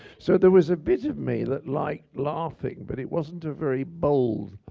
so there was a bit of me that liked laughing. but it wasn't a very bold,